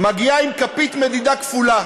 מגיעה עם כפית מדידה כפולה